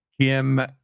Jim